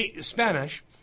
Spanish